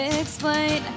explain